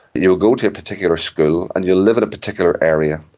you'll go to a particular school and you'll live in a particular area,